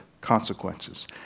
consequences